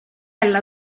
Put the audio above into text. alla